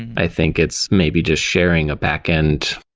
i think it's maybe just sharing a backend.